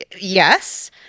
Yes